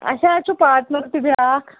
اَسہِ حظ چھُ پاٹنَر تہِ بیٛاکھ